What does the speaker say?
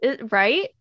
Right